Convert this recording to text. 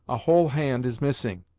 a whole hand is missing.